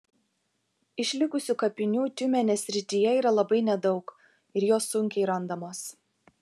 išlikusių kapinių tiumenės srityje yra labai nedaug ir jos sunkiai randamos